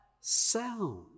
sound